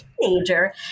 teenager